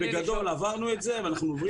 בגדול, עברנו את זה ואנחנו עוברים את זה.